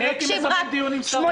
הייתי בזמן דיון עם שר האוצר.